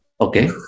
okay